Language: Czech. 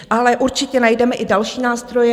Ale určitě najdeme i další nástroje.